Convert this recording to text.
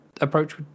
approach